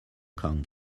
kong